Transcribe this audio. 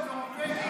של נורבגים.